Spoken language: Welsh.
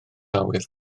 awyr